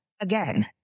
again